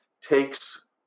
takes